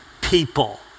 people